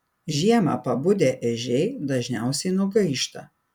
žiemą pabudę ežiai dažniausiai nugaišta